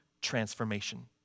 transformation